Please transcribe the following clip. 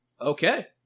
Okay